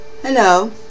Hello